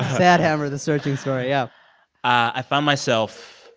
sad hammer, the searching story, yeah i found myself,